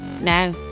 Now